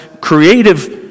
creative